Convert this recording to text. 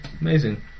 Amazing